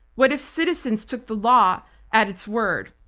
what if citizens took the law at its word?